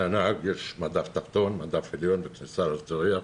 לנהג יש מדף תחתון, מדף עליון וכניסה לצריח.